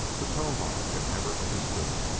but towahg had never understood,